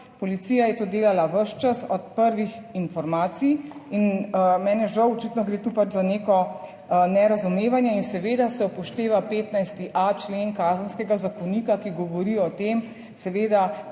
Policija je to delala ves čas od prvih informacij in meni je žal, očitno gre tu pač za neko nerazumevanje in seveda se upošteva 15.a člen Kazenskega zakonika, ki govori o tem, seveda,